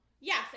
Yes